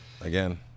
again